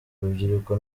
urubyiruko